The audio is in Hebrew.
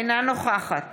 אינה נוכחת